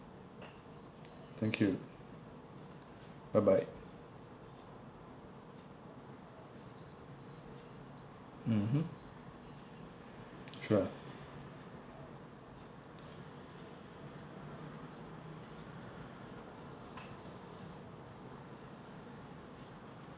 thank you bye bye mmhmm sure